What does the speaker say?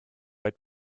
vaid